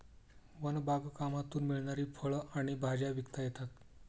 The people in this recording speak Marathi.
वन बागकामातून मिळणारी फळं आणि भाज्या विकता येतात